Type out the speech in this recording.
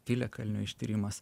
piliakalnio ištyrimas